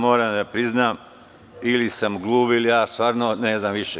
Moram da priznam, ili sam gluv ili stvarno ne znam više.